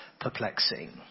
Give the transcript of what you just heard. perplexing